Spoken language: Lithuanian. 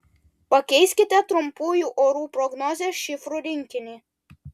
pakeiskite trumpųjų orų prognozės šifrų rinkinį